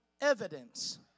evidence